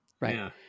Right